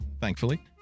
Thankfully